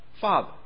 Father